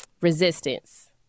resistance